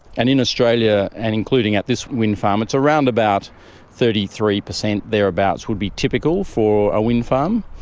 and in australia, and including at this wind farm, it's around about thirty three percent thereabouts would be typical for a wind farm.